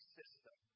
system